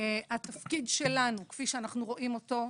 התפקיד שלנו כפי שאנחנו רואים אותו,